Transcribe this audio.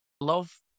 love